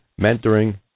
mentoring